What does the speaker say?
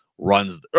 runs